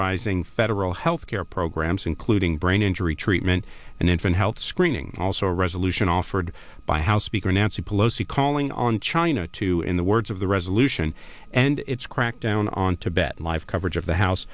authorizing federal health care programs including brain injury treatment and infant health screening also a resolution offered by house speaker nancy pelosi calling on china to in the words of the resolution and its crackdown on tibet live coverage of the house